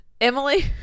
Emily